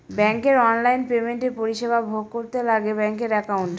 ব্যাঙ্কের অনলাইন পেমেন্টের পরিষেবা ভোগ করতে লাগে ব্যাঙ্কের একাউন্ট